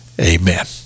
Amen